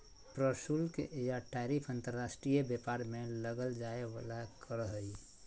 प्रशुल्क या टैरिफ अंतर्राष्ट्रीय व्यापार में लगल जाय वला कर हइ